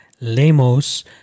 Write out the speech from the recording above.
lemos